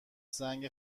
زنگ